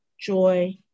Joy